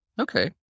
Okay